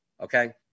Okay